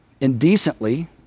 indecently